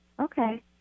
Okay